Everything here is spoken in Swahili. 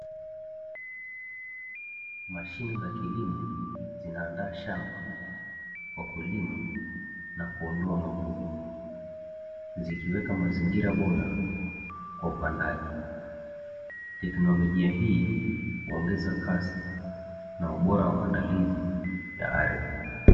Mashine za kilimo zinaandaa shamba kwa kulima na kuondoa magugu zikiweka mazingira bora kwa upandaji, teknolojia hii huongeza kasi na ubora wa maandalizi ya ardhi.